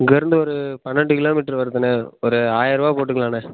இங்கேருந்து ஒரு பன்னிரெண்டு கிலோ மீட்டர் வருதுண்ணே ஒரு ஆயிரருவா போட்டுக்கலாண்ணே